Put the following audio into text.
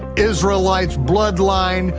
israelites, bloodline,